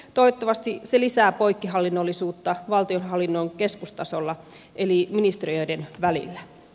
toivottavasti se lisää poikkihallinnollisuutta valtionhallinnon keskustasolla eli ministeriöiden välillä